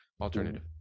Alternative